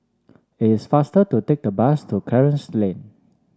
it's faster to take the bus to Clarence Lane